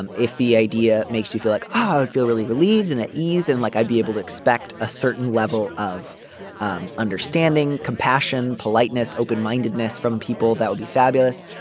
and if the idea makes you feel like i would feel really relieved and at ease and like i'd be able to expect a certain level of um understanding compassion politeness open mindedness from people that would be fabulous.